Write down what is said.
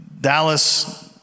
Dallas